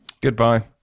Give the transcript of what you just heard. Goodbye